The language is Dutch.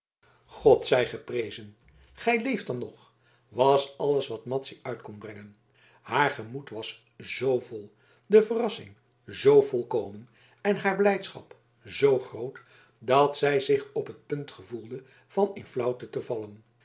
god zij geprezen gij leeft dan nog was alles wat madzy uit kon brengen haar gemoed was zoo vol de verrassing zoo volkomen en haar blijdschap zoo groot dat zij zich op het punt gevoelde van in flauwte te vallen